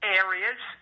areas